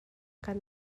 kan